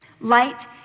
Light